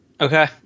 Okay